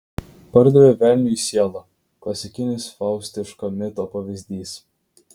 pardavė velniui sielą klasikinis faustiško mito pavyzdys